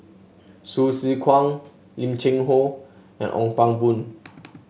Hsu Tse Kwang Lim Cheng Hoe and Ong Pang Boon